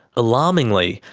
alarmingly,